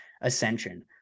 ascension